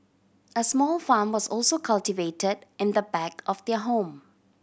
a small farm was also cultivated in the back of their home